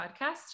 podcast